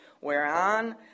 whereon